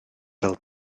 fel